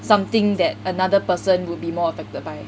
something that another person would be more effective by